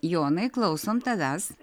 jonai klausom tavęs